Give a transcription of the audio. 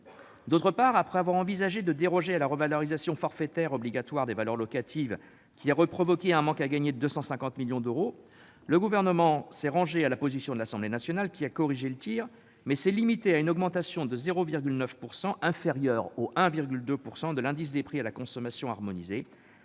D'autre part, après avoir envisagé de déroger à la revalorisation forfaitaire obligatoire des valeurs locatives, qui aurait provoqué un manque à gagner de 250 millions d'euros, le Gouvernement s'est rangé à la position de l'Assemblée nationale qui a corrigé le tir en se limitant toutefois à une augmentation de 0,9 %, inférieure au chiffre de 1,2 % de l'indice des prix à la consommation harmonisé.